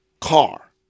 car